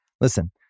Listen